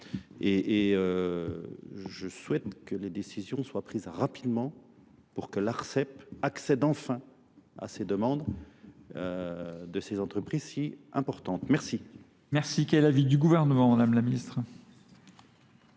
Et je souhaite que les décisions soient prises rapidement pour que l'ARCEP accède enfin à ces demandes de ces entreprises si importantes. Merci.